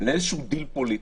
לאיזה דיל פוליטי,